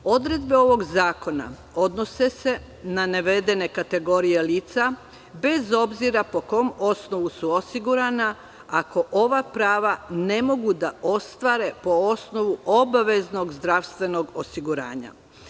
Odredbe ovog zakona odnose se na navedene kategorije lica, bez obzira po kom osnovu su osigurana, ako ova prava ne mogu da ostvare po osnovu obaveznog zdravstvenog osiguranja.